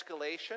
escalation